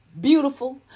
Beautiful